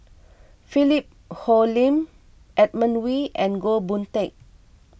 Philip Hoalim Edmund Wee and Goh Boon Teck